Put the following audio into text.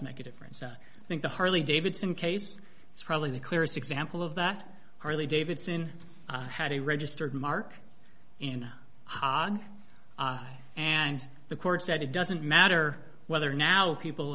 make a difference i think the harley davidson case it's probably the clearest example of that harley davidson had a registered mark and hog and the court said it doesn't matter whether now people